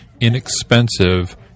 inexpensive